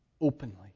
openly